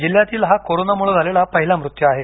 जिल्ह्यातील हा कोरोनामुळे झालेला पहिला मृत्यू आहे